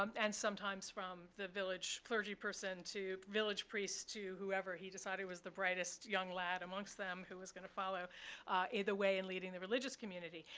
um and sometimes from the village clergy person to village priest to whoever he decided was the brightest young lad amongst them, who was going to follow the way in leading the religious community.